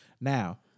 Now